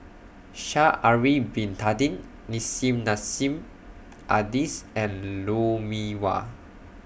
Sha'Ari Bin Tadin Nissim Nassim Adis and Lou Mee Wah